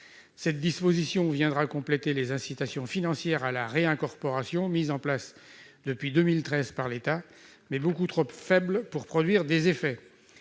Cette disposition viendra compléter les incitations financières à la réincorporation mises en place depuis 2013 par l'État, mais beaucoup trop faibles pour produire des effets.